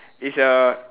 it's a